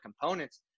components